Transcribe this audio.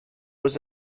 was